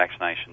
vaccinations